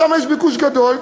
שם יש ביקוש גדול,